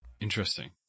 Interesting